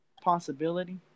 Possibility